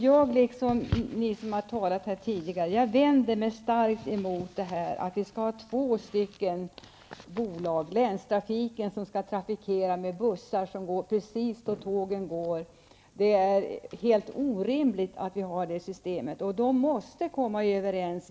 Jag vänder mig liksom tidigare talare starkt emot att vi skall ha två bolag: länstrafiken, som med bussar skall trafikera precis den sträcka där tågen går, och inlandsbaneföreningen. Det är en orimlig ordning.